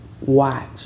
watch